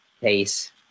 pace